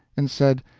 and said,